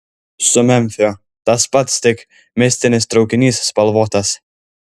su memfiu tas pats tik mistinis traukinys spalvotas